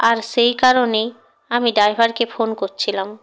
আর সেই কারণেই আমি ড্রাইভারকে ফোন করছিলাম